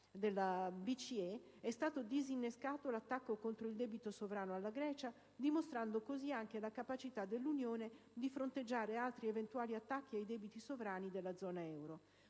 della BCE, è stato disinnescato l'attacco contro il debito sovrano della Grecia, dimostrando così anche la capacità dell'Unione europea di fronteggiare altri eventuali attacchi ai debiti sovrani della zona euro.